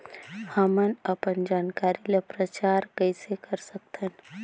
हमन अपन जानकारी ल प्रचार कइसे कर सकथन?